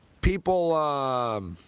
people